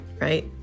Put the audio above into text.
right